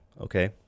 okay